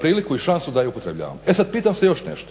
priliku i šansu da ju upotrebljavamo. E sad pitam se još nešto,